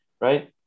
right